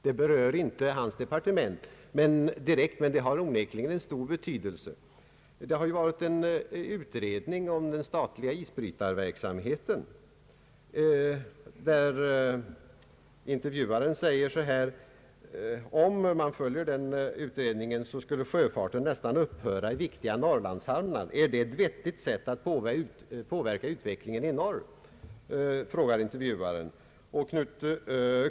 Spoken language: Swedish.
Det berör inte direkt herr Holmqvists departement, men det har onekligen stor betydelse. I fråga om den utredning som skett rörande den staliga isbrytarverksamheten sade intervjuaren så här: Om man följer den utredningen skulle sjöfarten nästan upphöra i viktiga norrlandshamnar — är det ett vettigt sätt att påverka utvecklingen i norr?